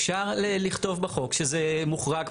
אפשר לכתוב בחוק שזה מוחרג,